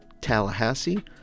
Tallahassee